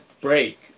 break